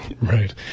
Right